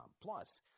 Plus